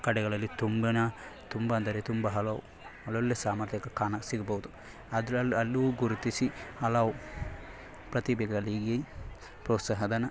ಕಡೆಗಳಲ್ಲಿ ತುಂಬ ತುಂಬ ಅಂದರೆ ತುಂಬ ಹಲವು ಒಳ್ಳೊಳ್ಳೆಯ ಸಾಮರ್ಥ್ಯಕ್ಕೆ ಕಾಣ ಸಿಗ್ಬಹುದು ಅದ್ರಲ್ಲಿ ಅಲ್ಲೂ ಗುರುತಿಸಿ ಹಲವು ಪ್ರತಿಭೆಗಳಿಗೆ ಪ್ರೋತ್ಸಾಹ ಧನ